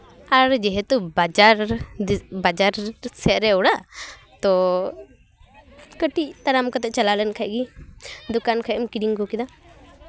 ᱟᱨ ᱡᱮᱦᱮᱛᱩ ᱵᱟᱡᱟᱨ ᱵᱟᱡᱟᱨ ᱥᱮᱜ ᱨᱮ ᱚᱲᱟᱜ ᱛᱳ ᱠᱟᱹᱴᱤᱡ ᱛᱟᱲᱟᱢ ᱠᱟᱛᱮ ᱪᱟᱞᱟᱣ ᱞᱮᱱᱠᱷᱟᱡ ᱜᱮ ᱫᱚᱠᱟᱱ ᱠᱷᱚᱡ ᱮᱢ ᱠᱤᱨᱤᱧ ᱟᱹᱜᱩ ᱠᱮᱫᱟ